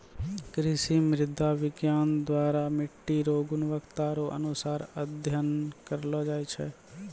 कृषि मृदा विज्ञान द्वरा मट्टी रो गुणवत्ता रो अनुसार अध्ययन करलो जाय छै